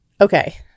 Okay